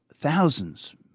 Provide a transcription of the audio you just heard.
thousands